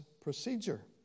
procedure